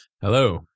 Hello